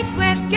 when yeah